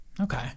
Okay